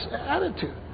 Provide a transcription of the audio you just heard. attitude